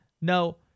No